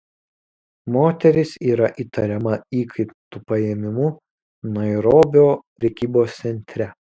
moteris yra įtariama įkaitų paėmimu nairobio prekybos centre